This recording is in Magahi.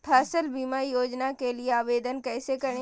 फसल बीमा योजना के लिए आवेदन कैसे करें?